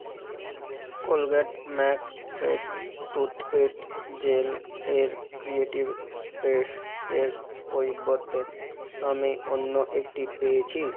Colgate max fresh toothpaste gel এর creative space এর পরিবর্তে আমি অন্য একটি পেয়েছি